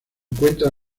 encuentra